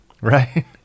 right